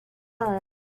home